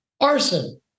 arson